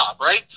right